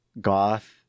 goth